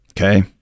okay